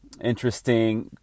interesting